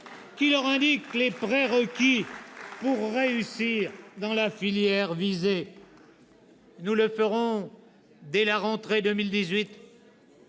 qui leur indiquent les prérequis pour réussir dans la filière visée. Nous le ferons dès la rentrée 2018.